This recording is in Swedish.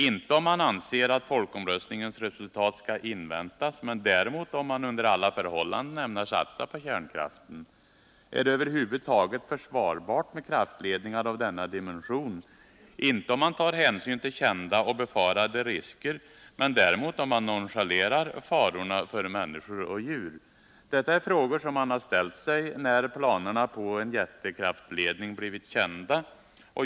Inte om man anser att folkomröstningens resultat skall inväntas, men däremot om man under alla förhållanden ämnar satsa på kärnkraften. Är det över huvud taget försvarbart med kraftledningar av denna dimension? Inte om man tar hänsyn till kända och befarade risker, men däremot om man nonchalerar farorna för människor och djur. Detta är frågor som man har ställt sig, när planerna på en jättekraftledning blivit kända.